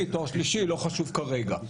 תואר שני תואר שלישי לא חשוב כרגע.